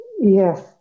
Yes